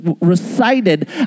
recited